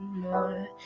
more